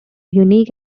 unique